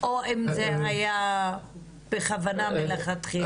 או האם זה היה בכוונה מלכתחילה?